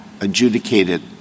adjudicated